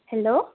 hello